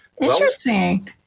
Interesting